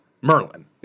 Merlin